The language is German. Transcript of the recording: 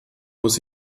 muss